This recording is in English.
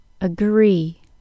agree